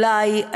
אולי,